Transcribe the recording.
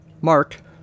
Mark